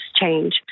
change